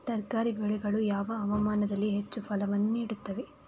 ತರಕಾರಿ ಬೆಳೆಗಳು ಯಾವ ಹವಾಮಾನದಲ್ಲಿ ಹೆಚ್ಚು ಫಸಲನ್ನು ನೀಡುತ್ತವೆ?